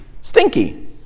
stinky